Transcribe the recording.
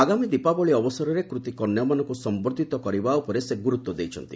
ଆଗାମୀ ଦୀପାବଳି ଅବସରରେ କୂତୀ କନ୍ୟାମାନଙ୍କୁ ସମ୍ଭର୍ଦ୍ଧିତ କରିବା ଉପରେ ସେ ଗୁରୁତ୍ୱ ଦେଇଛନ୍ତି